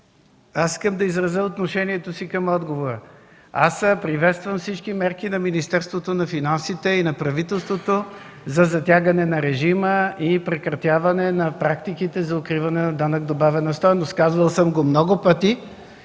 Аз искам да изразя отношението си към отговора. Приветствам всички мерки на Министерството на финансите и на правителството за затягане на режима и прекратяване на практиките за укриване на данък добавена стойност. Казвал съм го много пъти